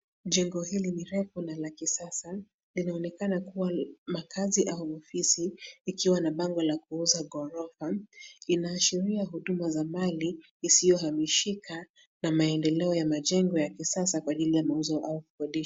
Jengo hili ni refu na la kisasa linaonekana kuwa makaazi au ofisi, ikiwa na bango la kuuza ghorofa. Inaashiria huduma za mali isiyohamishika, na maendeleo ya majengo ya kisasa kwa ajili ya mauzo au kukodisha.